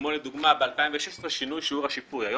כמו לדוגמה שיעור שינוי השיפוי ב-2016.